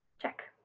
check.